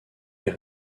est